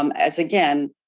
um as, again,